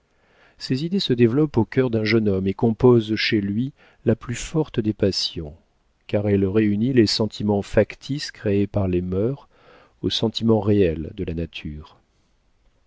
ces idées se développent au cœur d'un jeune homme et composent chez lui la plus forte des passions car elle réunit les sentiments factices créés par les mœurs aux sentiments réels de la nature